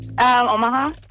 Omaha